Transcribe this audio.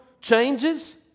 changes